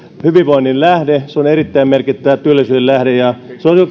hyvinvoinnin lähde se on erittäin merkittävä työllisyyden lähde ja